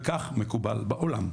וכך מקובל בעולם.